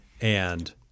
And-